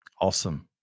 Awesome